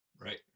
Right